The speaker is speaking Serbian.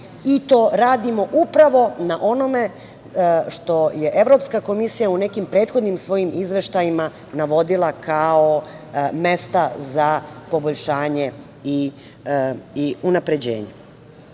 i to radimo upravo na onome što je Evropska komisija u nekim prethodnim svojim izveštajima navodila kao mesta za poboljšanje i unapređenje. Sada